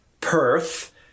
Perth